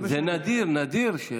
זה נדיר, נדיר, לא, הוא מדבר בשקט.